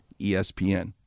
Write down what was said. ESPN